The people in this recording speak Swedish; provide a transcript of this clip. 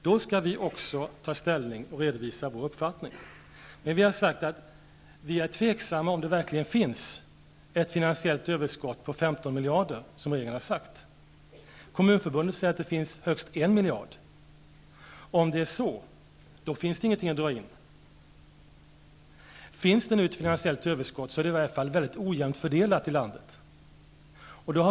Då skall vi också ta ställning och redovisa vår uppfattning. Vi är tveksamma om det verkligen finns ett finansiellt överskott på 15 miljarder som regeringen har sagt. Kommunförbundet säger att det finns högst en miljard. Är det så, finns det ingenting att dra in. Om det nu finns ett finansiellt överskott är det i alla fall mycket ojämnt fördelat i landet.